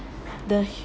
the